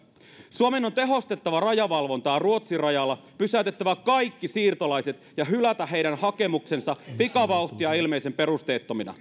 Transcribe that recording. suomen on tehostettava rajavalvontaa ruotsin rajalla pysäytettävä kaikki siirtolaiset ja hylättävä heidän hakemuksensa pikavauhtia ilmeisen perusteettomina